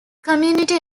community